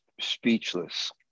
speechless